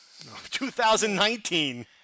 2019